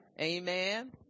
Amen